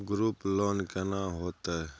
Group loan केना होतै?